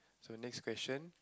so next question